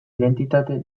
identitate